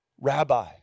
Rabbi